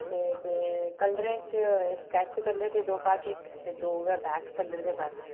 ते ते कलरें च स्केच कलर दे दो पैकेट दे दो गै वैक्स कलर दे पैकेट